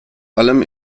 allem